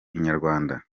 inyarwanda